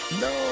No